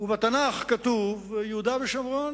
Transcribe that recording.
ובתנ"ך כתוב: יהודה ושומרון.